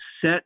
set